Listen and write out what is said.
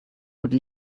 would